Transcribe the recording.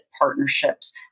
partnerships